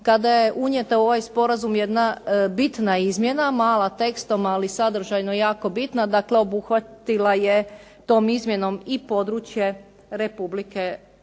kada je unijeta u ovaj sporazum jedna bitna izmjena, mala tekstom ali sadržajno jako bitna, dakle obuhvatila je tom izmjenom i područje Republike